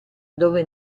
dove